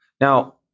Now